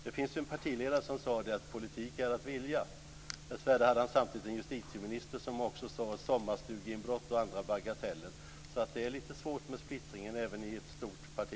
Det fanns en partiledare som sade att politik är att vilja. Dessvärre hade han samtidigt en justitieminister som talade om "sommarstugeinbrott och andra bagateller". Det är lite svårt med splittringen även i ett stort parti.